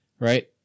Right